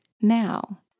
now